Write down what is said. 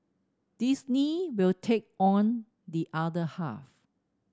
Disney will take on the other half